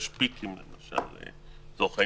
יש שינויים מיום ליום.